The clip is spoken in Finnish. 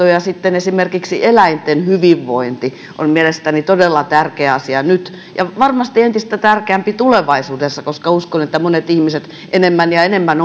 ja esimerkiksi eläinten hyvinvointi on mielestäni todella tärkeä asia nyt ja varmasti entistä tärkeämpi tulevaisuudessa koska uskon että monet ihmiset enemmän ja enemmän